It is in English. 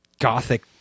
gothic